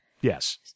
Yes